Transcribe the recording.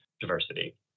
diversity